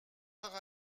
par